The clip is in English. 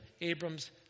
Abram's